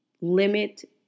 limit